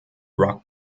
rock